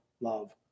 love